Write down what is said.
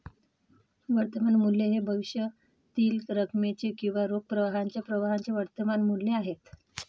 वर्तमान मूल्य हे भविष्यातील रकमेचे किंवा रोख प्रवाहाच्या प्रवाहाचे वर्तमान मूल्य आहे